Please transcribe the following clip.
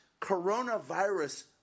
coronavirus